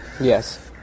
Yes